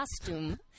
costume